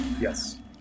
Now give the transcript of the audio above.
yes